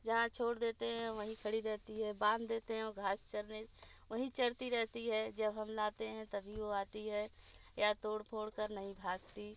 जहाँ छोड़ देते हैं वहीं खड़ी रहती है बाँध देते हैं वो घास चरने वहीं चरती रहती है जब हम लाते हैं तभी वो आती है या तोड़ फोड़ कर नहीं भागती